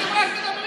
אתם רק מדברים.